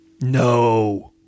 no